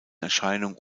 erscheinung